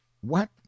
What